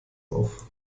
auf